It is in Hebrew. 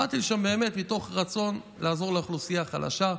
באתי לשם באמת מתוך רצון לעזור לאוכלוסייה חלשה.